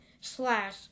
slash